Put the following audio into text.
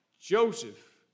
Joseph